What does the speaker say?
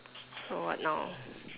so what now